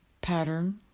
pattern